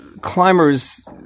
climbers